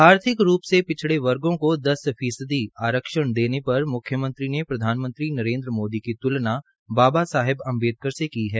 आर्थिक रूप से पिछड़े वर्गो को दस फीसदी आरक्षण देने पर मुख्यमंत्री ने प्रधानमंत्री नरेन्द्र मोदी की त्लना बाबा साहेब अम्बेदकर से की है